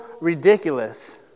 ridiculous